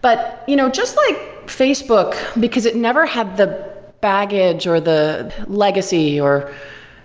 but you know just like facebook, because it never had the baggage, or the legacy, or